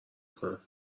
کنم